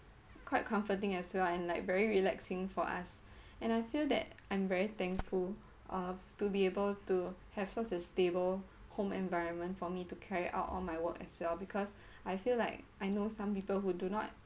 quite comforting as well and like very relaxing for us and I feel that I'm very thankful uh to be able to have such a stable home environment for me to carry out all my work as well because I feel like I know some people who do not